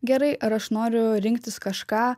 gerai ar aš noriu rinktis kažką